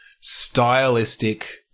stylistic